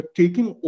taking